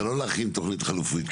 זה לא להכין תוכנית חלופית.